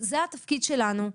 זה התפקיד שלנו.